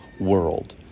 world